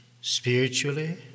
Spiritually